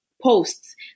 posts